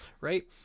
right